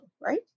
right